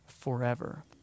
forever